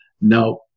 no